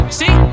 see